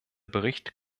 bericht